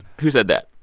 who said that?